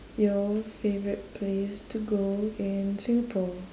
your favourite place to go in singapore